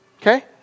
Okay